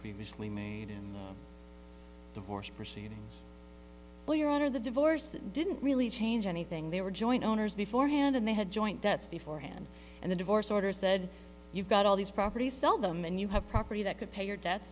previously made in divorce proceedings well your honor the divorce didn't really change anything they were joint owners beforehand and they had joint that's before hand and the divorce orders said you've got all these property sell them and you have property that could pay your debt